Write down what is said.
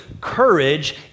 courage